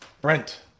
Brent